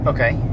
Okay